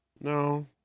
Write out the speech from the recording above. No